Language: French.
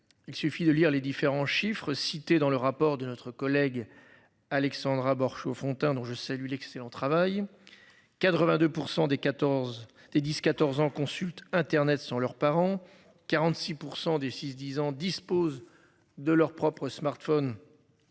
Il suffit de lire les différents chiffres cités dans le rapport de notre collègue. Alexandra Borchio-Fontimp, dont je salue l'excellent travail. 82% des 14 des 10 14 ans consultent Internet sont leurs parents, 46% des 6 10 ans disposent. De leurs propres smartphones.